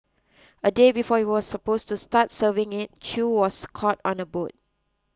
a day before he was supposed to start serving it Chew was caught on a boat